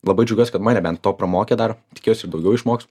labai džiaugiuosi kad mane bent to pramokė dar tikiuosi ir daugiau išmoks